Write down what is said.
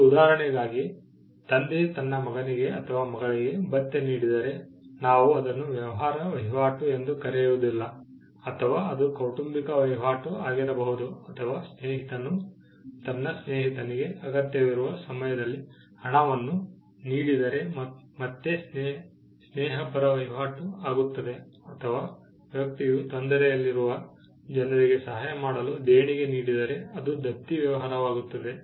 ಒಂದು ಉದಾಹರಣೆಗಾಗಿ ತಂದೆ ತನ್ನ ಮಗನಿಗೆ ಅಥವಾ ಮಗಳಿಗೆ ಭತ್ಯೆ ನೀಡಿದರೆ ನಾವು ಅದನ್ನು ವ್ಯವಹಾರ ವಹಿವಾಟು ಎಂದು ಕರೆಯುವುದಿಲ್ಲ ಅಥವಾ ಅದು ಕೌಟುಂಬಿಕ ವಹಿವಾಟು ಆಗಿರಬಹುದು ಅಥವಾ ಸ್ನೇಹಿತನು ತನ್ನ ಸ್ನೇಹಿತನಿಗೆ ಅಗತ್ಯವಿರುವ ಸಮಯದಲ್ಲಿ ಹಣವನ್ನು ನೀಡಿದರೆ ಮತ್ತೆ ಸ್ನೇಹಪರ ವಹಿವಾಟು ಆಗುತ್ತದೆ ಅಥವಾ ವ್ಯಕ್ತಿಯು ತೊಂದರೆಯಲ್ಲಿರುವ ಜನರಿಗೆ ಸಹಾಯ ಮಾಡಲು ದೇಣಿಗೆ ನೀಡಿದರೆ ಅದು ದತ್ತಿ ವ್ಯವಹಾರವಾಗುತ್ತದೆ